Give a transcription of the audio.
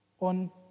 on